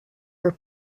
her